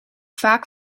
vaak